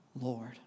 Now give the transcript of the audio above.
Lord